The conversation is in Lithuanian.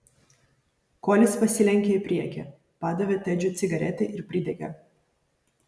kolis pasilenkė į priekį padavė tedžiui cigaretę ir pridegė